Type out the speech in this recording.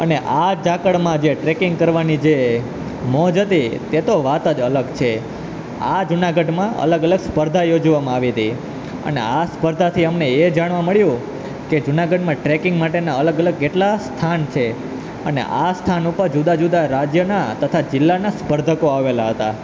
અને આ ઝાકળમાં જે ટ્રેકિંગ કરવાની જે મોજ હતી તે તો વાત જ અલગ છે આ જૂનાગઢમાં અલગ અલગ સ્પર્ધા યોજવામાં આવી હતી અને આ સ્પર્ધાથી અમને એ જાણવા મળ્યું કે જુનાગઢમાં ટ્રેકિંગ માટેના અલગ અલગ કેટલા સ્થાન છે અને આ સ્થાન ઉપર જુદા જુદા રાજ્યના તથા જિલ્લાના સ્પર્ધકો આવેલા હતા